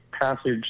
passage